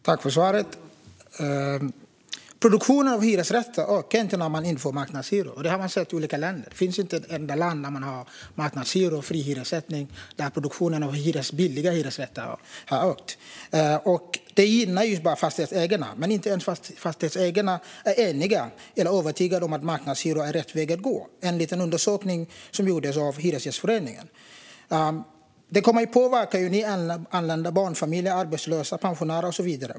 Fru talman! Tack för svaret! Produktion av hyresrätter ökar inte när man inför marknadshyror. Det har man sett i olika länder. Det finns inte ett enda land där man har marknadshyror och fri hyressättning där också produktion av billiga hyresrätter har ökat. Detta gynnar bara fastighetsägarna. Men inte ens dessa är eniga eller övertygade om att marknadshyror är rätt väg att gå, enligt en undersökning som gjorts av Hyresgästföreningen. Detta kommer att påverka alla barnfamiljer, arbetslösa, pensionärer och så vidare.